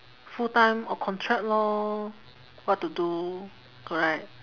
full time or contract lor what to do correct